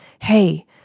Hey